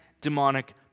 demonic